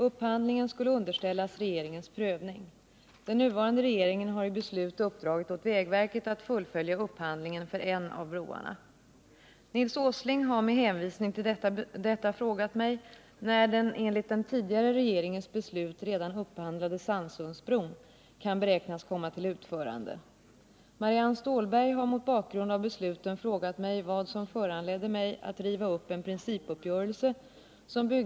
Dåvarande kommunikationsministern betonade att regeringens beslut skulle ses mot bakgrund av strävan att stödja sysselsättningen såväl inom den inhemska industrin som på byggnadsoch anläggningssidan.